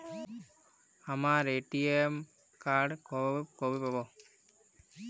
আমার ATM card কবে পাব?